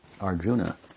Arjuna